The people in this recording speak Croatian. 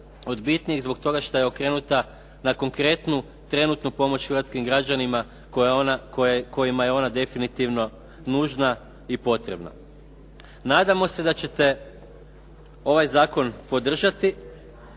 od bitnijih zbog toga što je okrenuta na konkretnu trenutnu pomoć hrvatskim građanima kojima je ona definitivno nužna i potrebna. Nadamo se da ćete ovaj zakon podržati